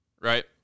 right